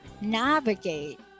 navigate